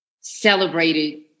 celebrated